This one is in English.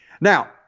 now